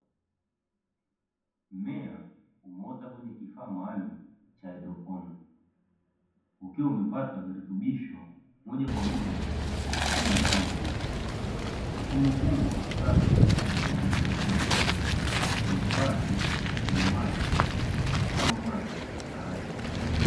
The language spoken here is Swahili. Mmea umeota kwenye kifaa maalumu cha haidroponi ukiwa umepata virutubisho moja kwa moja kwenye mizizi. Mfumo huu wa kisasa unaongeza tija na kuhifadhi rasilimali kama maji na ardhi.